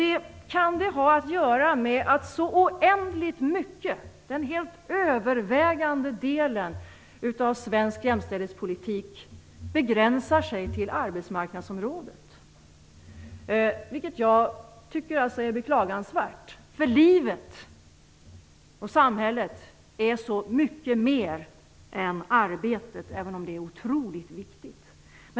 Det kan ha att göra med att så oändligt mycket, den helt övervägande delen, av svensk jämställdhetspolitik begränsar sig till arbetsmarknadsområdet, vilket jag tycker är beklagansvärt. Livet och samhället är så mycket mer än arbetet, även om det är otroligt viktigt.